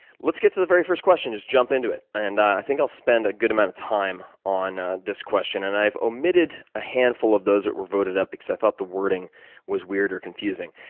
let's get to the very first question and just jump into it. and i think i'll spend a good amount of time on ah this question. and i've omitted a handful of those that were voted up because i thought the wording was weird or confusing.